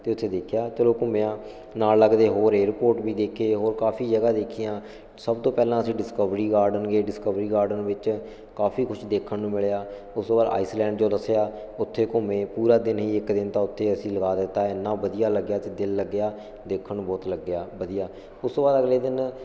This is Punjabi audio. ਅਤੇ ਉੱਥੇ ਦੇਖਿਆ ਚਲੋ ਘੁੰਮਿਆ ਨਾਲ ਲੱਗਦੇ ਹੋਰ ਏਅਰਪੋਰਟ ਵੀ ਦੇਖੇ ਹੋਰ ਕਾਫੀ ਜਗ੍ਹਾ ਦੇਖੀਆਂ ਸਭ ਤੋਂ ਪਹਿਲਾਂ ਅਸੀਂ ਡਿਸਕਵਰੀ ਗਾਰਡਨ ਗਏ ਡਿਸਕਵਰੀ ਗਾਰਡਨ ਵਿੱਚ ਕਾਫੀ ਕੁਝ ਦੇਖਣ ਨੂੰ ਮਿਲਿਆ ਉਸ ਤੋਂ ਬਾਅਦ ਆਈਸਲੈਂਡ ਜੋ ਦੱਸਿਆ ਉੱਥੇ ਘੁੰਮੇ ਪੂਰਾ ਦਿਨ ਹੀ ਇੱਕ ਦਿਨ ਤਾਂ ਉੱਥੇ ਅਸੀਂ ਲਗਾ ਦਿੱਤਾ ਇੰਨਾ ਵਧੀਆ ਲੱਗਿਆ ਅਤੇ ਦਿਲ ਲੱਗਿਆ ਦੇਖਣ ਨੂੰ ਬਹੁਤ ਲੱਗਿਆ ਵਧੀਆ ਉਸ ਤੋਂ ਬਾਅਦ ਅਗਲੇ ਦਿਨ